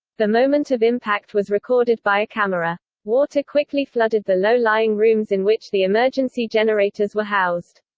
the moment of impact was recorded by a camera. water quickly flooded the low-lying rooms in which the emergency generators were housed.